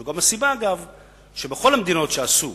אגב, זו גם הסיבה שבכל המדינות שעשו